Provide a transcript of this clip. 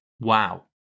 wow